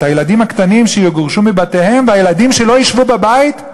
הילדים הקטנים שיגורשו מבתיהם והילדים שלו ישבו בבית?